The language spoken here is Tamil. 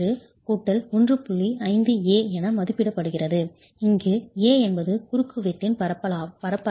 5 A என மதிப்பிடப்படுகிறது இங்கு A என்பது குறுக்குவெட்டின் பரப்பளவாகும்